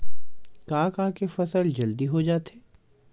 का का के फसल जल्दी हो जाथे?